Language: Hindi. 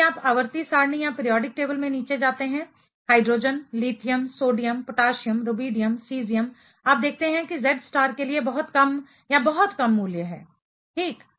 यदि आप आवर्ती सारणी पीरियोडिक टेबल में नीचे जाते हैं hydrogen lithium sodium potassium rubidium caesium आप देखते हैं कि Z स्टार के लिए कोई बहुत कम या बहुत कम मूल्य है ठीक